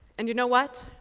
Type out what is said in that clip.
and you know what?